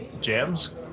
Jams